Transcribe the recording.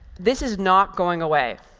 this is not going away.